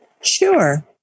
Sure